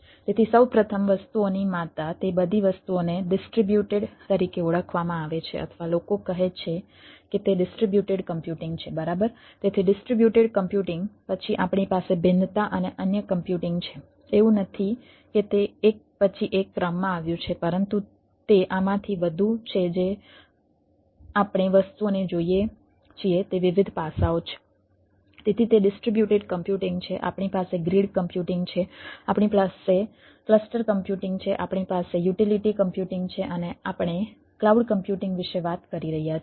તેથી સૌ પ્રથમ વસ્તુઓની માતા તે બધી વસ્તુઓને ડિસ્ટ્રિબ્યુટેડ છે અને આપણે ક્લાઉડ કમ્પ્યુટિંગ વિશે વાત કરી રહ્યા છીએ